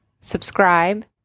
subscribe